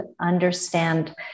understand